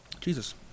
Jesus